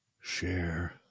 share